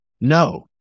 No